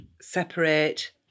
separate